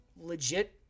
legit